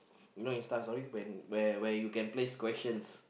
you know InstaStory you know when you can place questions